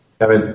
Kevin